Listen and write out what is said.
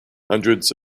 hundreds